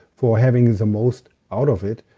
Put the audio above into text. for having the most out of it,